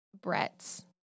Brett's